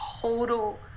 total